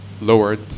lowered